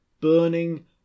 burning